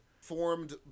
formed